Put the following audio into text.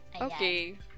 Okay